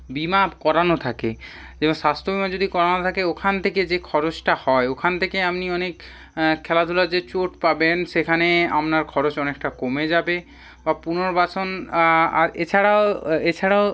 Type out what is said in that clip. বিমা করানো থাকে যেমন স্বাস্থ্য বিমা যদি করানো থাকে ওখান থেকে যে খরচটা হয় ওখান থেকে আপনি অনেক খেলাধুলার যে চোট পাবেন সেখানে আপনার খরচ অনেকটা কমে যাবে বা পুনর্বাসন আর এছাড়াও এছাড়াও